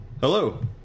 Hello